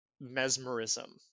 mesmerism